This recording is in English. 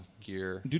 Gear